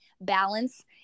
balance